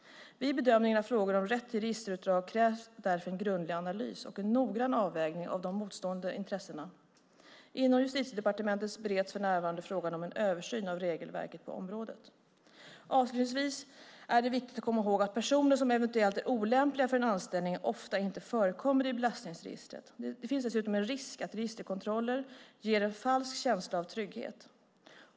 Vid bedömning av frågor om rätt till registerutdrag krävs därför en grundlig analys och en noggrann avvägning av de motstående intressena. Inom Justitiedepartementet bereds för närvarande frågan om en översyn av regelverket på området. Avslutningsvis är det viktigt att komma ihåg att personer som eventuellt är olämpliga för en anställning ofta inte förekommer i belastningsregistret. Det finns dessutom en risk att registerkontroller ger en falsk känsla av trygghet.